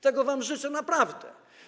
Tego wam życzę naprawdę.